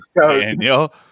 Daniel